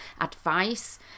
advice